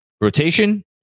rotation